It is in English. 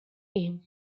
aim